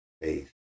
faith